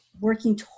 working